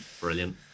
Brilliant